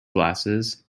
glasses